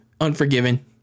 Unforgiven